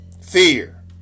fear